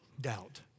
doubt